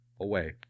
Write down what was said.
away